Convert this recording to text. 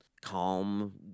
calm